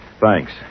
Thanks